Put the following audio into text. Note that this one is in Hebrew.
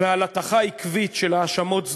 ועל הטחה עקבית של האשמות זדוניות.